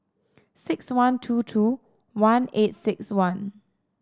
six one two two one eight six one